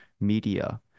media